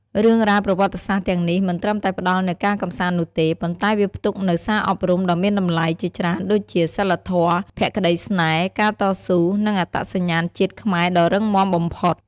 រឿងរ៉ាវប្រវត្តិសាស្ត្រទាំងនេះ មិនត្រឹមតែផ្តល់នូវការកម្សាន្តនោះទេ ប៉ុន្តែវាផ្ទុកនូវសារអប់រំដ៏មានតម្លៃជាច្រើនដូចជាសីលធម៌ ភក្តីស្នេហ៍ ការតស៊ូ និងអត្តសញ្ញាណជាតិខ្មែរដ៏រឹងមាំបំផុត។